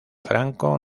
franco